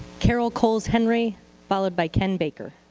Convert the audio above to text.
carol coles henry followed by ken baker.